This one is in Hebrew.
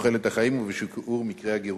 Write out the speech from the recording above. בתוחלת החיים ובשיעור מקרי הגירושין.